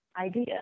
idea